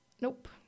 Nope